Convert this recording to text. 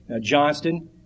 Johnston